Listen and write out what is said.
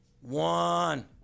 One